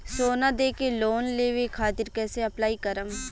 सोना देके लोन लेवे खातिर कैसे अप्लाई करम?